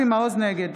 נגד